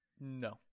No